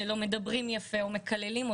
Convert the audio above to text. שלא מדברים יפה או מקללים,